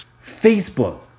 Facebook